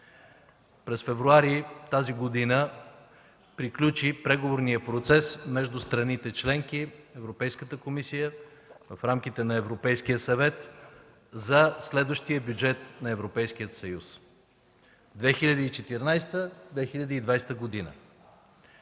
месец февруари тази година приключи преговорният процес между страните членки и Европейската комисия в рамките на Европейския съвет за следващия бюджет на Европейския съюз 2014-2020 г.